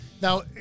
Now